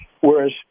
whereas